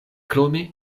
krome